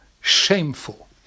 shameful